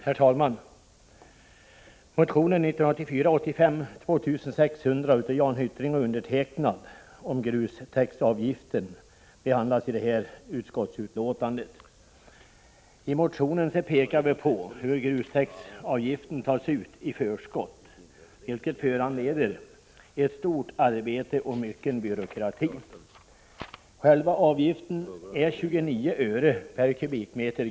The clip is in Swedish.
Herr talman! Motion 1984/85:2600 av Jan Hyttring och mig om grustäktsavgiften behandlas i det här utskottsbetänkandet. I motionen pekar vi på hur grustäktsavgiften tas ut i förskott, vilket föranleder ett stort arbete och mycken byråkrati. Själva avgiften är 29 öre per m?